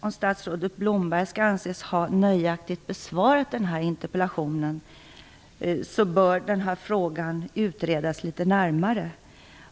Om statsrådet Blomberg skall anses ha nöjaktigt besvarat interpellationen bör den frågan utredas litet närmare.